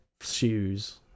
shoes